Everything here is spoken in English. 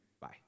Bye